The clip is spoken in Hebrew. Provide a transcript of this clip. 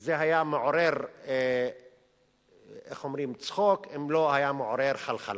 זה היה מעורר צחוק אם לא היה מעורר חלחלה.